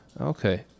Okay